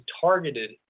targeted